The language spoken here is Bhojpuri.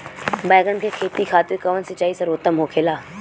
बैगन के खेती खातिर कवन सिचाई सर्वोतम होखेला?